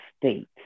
state